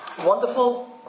wonderful